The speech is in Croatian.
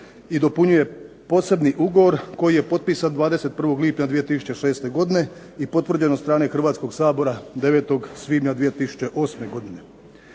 i dopunjuje Posebni ugovor koji je potpisan 21. lipnja 2006. godine i potvrđen od strane Hrvatskoga sabora 9. svibnja 2008. godine.